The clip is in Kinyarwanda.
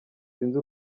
sinzi